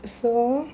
so